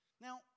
Now